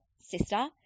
sister